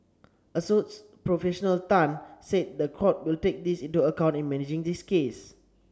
Assoc Professional Tan said the court will take this into account in managing this case